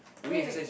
really